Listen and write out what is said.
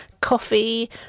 coffee